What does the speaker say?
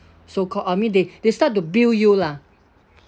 so-called I mean they they start to bill you lah